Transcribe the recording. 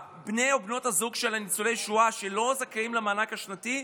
בני או בנות הזוג של ניצולי השואה שלא זכאים למענק השנתי,